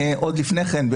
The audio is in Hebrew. עוד לפני כן,